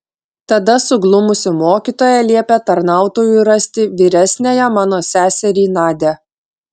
tada suglumusi mokytoja liepė tarnautojui rasti vyresniąją mano seserį nadią